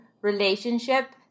relationship